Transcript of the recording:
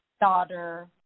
daughter